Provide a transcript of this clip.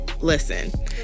listen